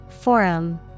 Forum